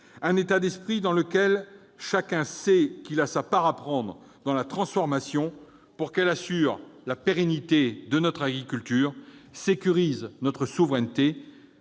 un état d'esprit dans lequel chacun sait qu'il a sa part à prendre dans la transformation, pour qu'elle assure la pérennité de notre agriculture, sécurise notre souveraineté